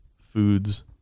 Foods